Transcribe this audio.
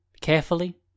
Carefully